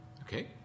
Okay